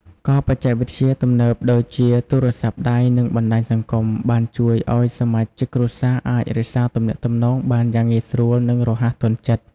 ក៏បច្ចេកវិទ្យាទំនើបដូចជាទូរសព្ទដៃនិងបណ្ដាញសង្គមបានជួយឱ្យសមាជិកគ្រួសារអាចរក្សាទំនាក់ទំនងបានយ៉ាងងាយស្រួល និងរហ័សទាន់ចិត្ត។